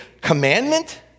commandment